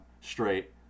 straight